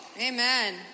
Amen